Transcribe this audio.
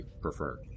prefer